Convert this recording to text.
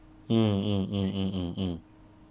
mm mm mm mm mm mm